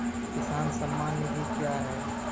किसान सम्मान निधि क्या हैं?